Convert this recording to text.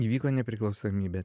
įvyko nepriklausomybė